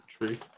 Tree